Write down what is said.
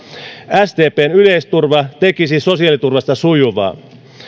sdpn yleisturva tekisi sosiaaliturvasta sujuvaa